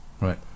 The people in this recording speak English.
Right